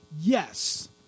yes